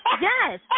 Yes